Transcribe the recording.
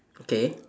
okay